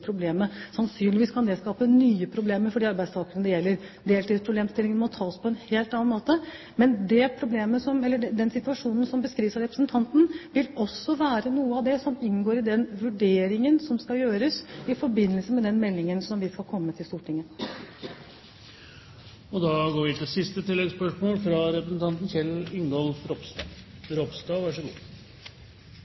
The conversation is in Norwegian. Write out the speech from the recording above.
problemet. Sannsynligvis kan det skape nye problemer for de arbeidstakerne det gjelder. Deltidsproblemene må tas på en helt annen måte. Men den situasjonen som beskrives av representanten, vil også være noe av det som inngår i den vurderingen som skal gjøres i forbindelse med den meldingen som vi skal komme til Stortinget med. Kjell Ingolf Ropstad – til siste